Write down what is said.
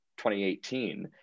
2018